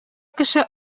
кеше